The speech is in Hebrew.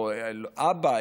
או אבא,